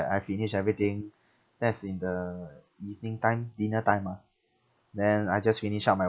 I finish everything that's in the evening time dinner time ah then I just finish up my